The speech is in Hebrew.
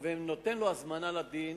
ונותן לו הזמנה לדין,